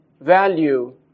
value